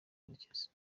murekezi